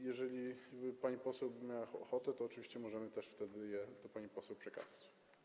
Jeżeli pani poseł miałaby ochotę, to oczywiście możemy też wtedy je pani poseł przekazać.